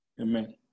Amen